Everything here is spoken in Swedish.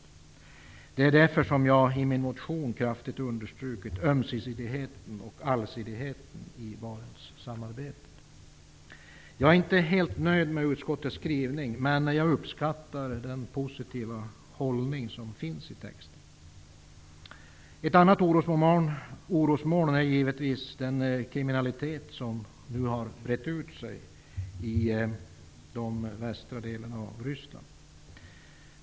Det är därför som jag i min motion kraftigt understryker ömsesidigheten och allsidigheten i Barentssamarbetet. Jag är inte helt nöjd med utskottets skrivning, men jag uppskattar den positiva hållning som avspeglas i texten. Ett annat orosmoln är givetvis den kriminalitet som breder ut sig i de västra delarna av Ryssland.